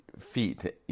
feet